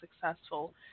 successful